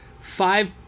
five